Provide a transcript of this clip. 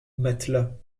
matelas